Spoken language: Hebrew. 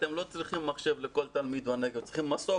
אני מתחבר לכל מילה שאמרת,